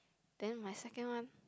then my second one